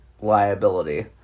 liability